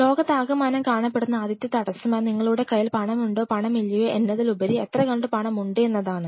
ലോകത്താകമാനം കാണപ്പെടുന്ന ആദ്യത്തെ തടസ്സം അത് നിങ്ങളുടെ കയ്യിൽ പണമുണ്ടോപണമില്ലയോ എന്നതിലുപരി എത്ര കണ്ടു പണം ഉണ്ട് എന്നതാണ്